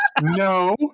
no